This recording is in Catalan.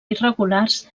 irregulars